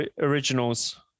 originals